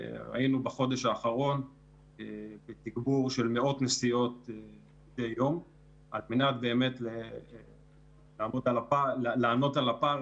היינו בחודש האחרון בתגבור של מאות נסיעות מדי יום על מנת לענות על הפער